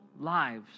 lives